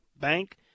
bank